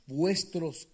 vuestros